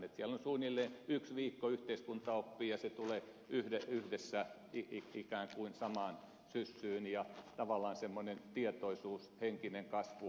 siellä on suunnilleen yksi viikko yhteiskuntaoppia ja se tulee yhdessä ikään kuin samaan syssyyn ja tavallaan semmoinen tietoisuus henkinen kasvu